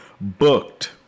Booked